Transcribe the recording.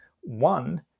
One